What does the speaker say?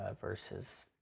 verses